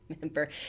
remember